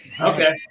Okay